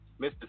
Mr